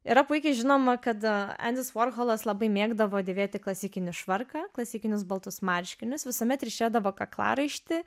yra puikiai žinoma kad endis vorholas labai mėgdavo dėvėti klasikinį švarką klasikinius baltus marškinius visuomet ryšėdavo kaklaraištį